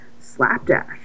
slapdash